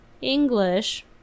English